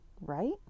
right